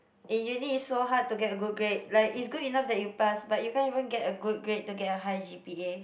and uni is so hard to get a good grade like is good enough that you pass but you can't even get a good grade to get a high G_P_A